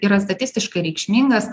yra statistiškai reikšmingas